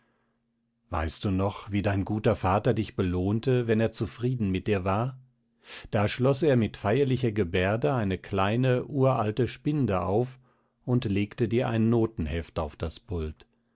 weißt du noch wie dein guter vater dich belohnte wenn er zufrieden mit dir war da schloß er mit feierlicher gebärde eine kleine uralte spinde auf und legte dir ein notenheft auf das pult